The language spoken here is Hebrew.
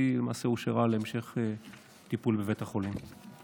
ולמעשה היא הושארה להמשך טיפול בבית החולים.